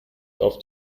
auf